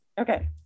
okay